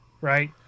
right